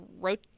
wrote